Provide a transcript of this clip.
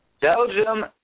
Belgium